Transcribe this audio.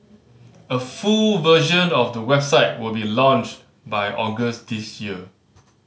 a full version of the website will be launched by August this year